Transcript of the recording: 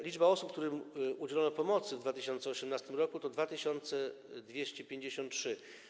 Liczba osób, którym udzielono pomocy w 2018 r., to 2253.